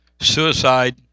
suicide